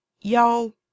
Y'all